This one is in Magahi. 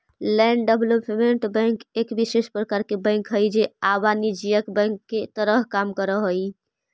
लैंड डेवलपमेंट बैंक एक विशेष प्रकार के बैंक हइ जे अवाणिज्यिक बैंक के तरह काम करऽ हइ